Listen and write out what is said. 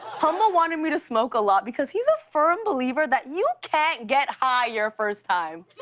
humble wanted me to smoke a lot because he's a firm believer that you can't get high your first time.